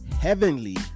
heavenly